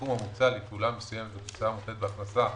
הסכום המוצא לפעולה מסוימת כהוצאה מותנית בהכנסה,